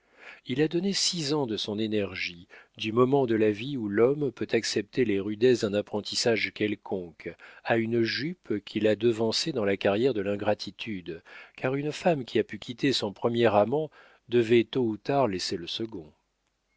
il a donné six ans de son énergie du moment de la vie où l'homme peut accepter les rudesses d'un apprentissage quelconque à une jupe qu'il a devancée dans la carrière de l'ingratitude car une femme qui a pu quitter son premier amant devait tôt ou tard laisser le second